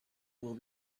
will